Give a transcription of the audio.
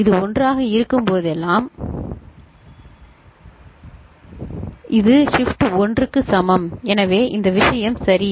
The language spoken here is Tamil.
இது 1 ஆக இருக்கும்போதெல்லாம் இது ஷிப்ட் 1 க்கு சமம் எனவே இந்த விஷயம் சரி